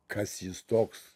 kas jis toks